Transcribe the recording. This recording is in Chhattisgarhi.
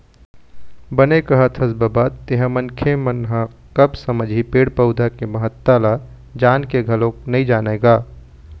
बने कहत हस बबा तेंहा मनखे मन ह कब समझही पेड़ पउधा के महत्ता ल जान के घलोक नइ जानय गा